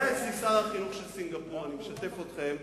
אז היה אצלי שר החינוך של סינגפור, אני משתף אתכם,